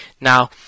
Now